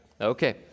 Okay